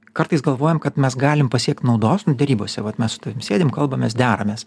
kartais galvojam kad mes galim pasiekt naudos derybose vat mes su tavim sėdim kalbamės deramės